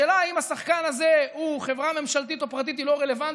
השאלה אם השחקן הזה הוא חברה ממשלתית או פרטית היא לא רלוונטית.